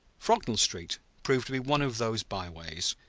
frognall street proved to be one of those by-ways,